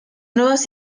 nuevas